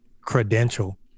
credential